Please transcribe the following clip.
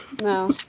No